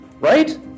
right